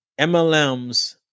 MLMs